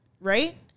Right